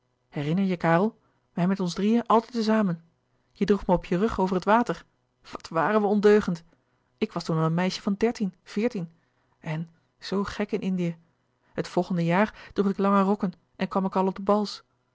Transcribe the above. herinner je karel wij met ons drieën altijd te zamen jij droeg me op je rug over het water wat waren we ondeugend ik was toen al een meisje van dertien veertien en zoo gek in indië het volgende jaar droeg ik lange rokken en kwam ik al op de bals